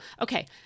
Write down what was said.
okay